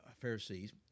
Pharisees